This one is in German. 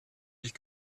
ich